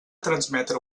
transmetre